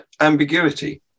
ambiguity